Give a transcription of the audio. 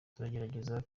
turagerageza